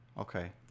Okay